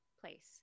place